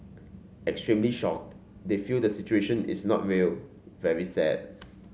extremely shocked they feel the situation is not real very sad